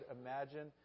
imagine